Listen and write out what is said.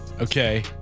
Okay